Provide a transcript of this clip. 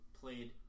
played